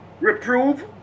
reprove